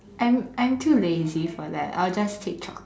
I'm I'm too lazy for that I'll just take chocolate